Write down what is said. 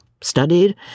studied